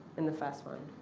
in the first one?